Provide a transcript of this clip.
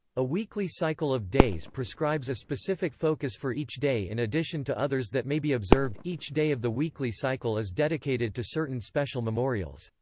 a weekly cycle of days prescribes a specific focus for each day in addition to others that may be observed each day of the weekly cycle is dedicated to certain special memorials.